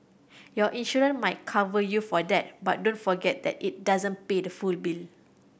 your insurance might cover you for that but don't forget that it doesn't pay the full bill